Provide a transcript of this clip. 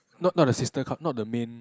not not the system not the main